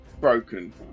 broken